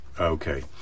okay